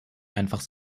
einfach